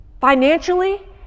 financially